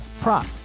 prop